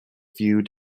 viewed